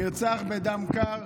נרצח בדם קר.